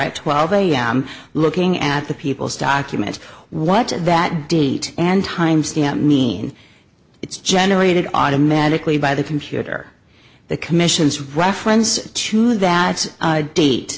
at twelve am looking at the people's documents what that date and time stamp mean it's generated automatically by the computer the commission's reference to that date